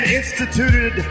instituted